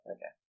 Okay